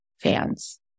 fans